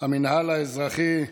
המינהל האזרחי,